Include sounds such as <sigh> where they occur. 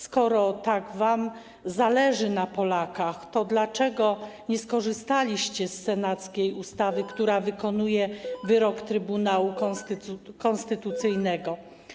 Skoro tak wam zależy na Polakach, to dlaczego nie skorzystaliście z senackiej ustawy, <noise> która wykonuje wyrok Trybunału Konstytucyjnego?